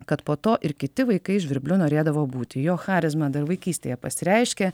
kad po to ir kiti vaikai žvirbliu norėdavo būti jo charizma dar vaikystėje pasireiškė